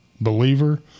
believer